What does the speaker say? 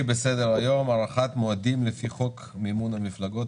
בסדר היום: הארכת מועדים לפי חוק מימון מפלגות,